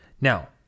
Now